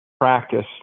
practice